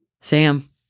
Sam